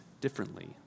differently